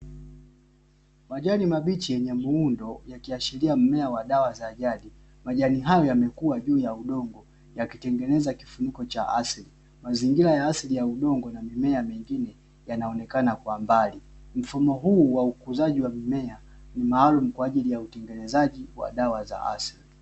Majani mabichi yenye muundo yakiashiria mmea wa dawa za jadi majani hayo yamekuwa juu ya udongo yakitengeneza kifuniko cha asaidi mazingira ya asili yanaonekana kwa mbali mfumo huu wa ukuzaji wa mimea ya utengenezaji wa dawa za asili